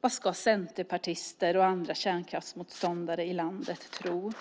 Vad ska centerpartister och andra kärnkraftsmotståndare i landet tro?